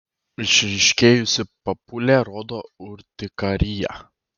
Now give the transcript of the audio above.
išryškėjusi papulė rodo urtikariją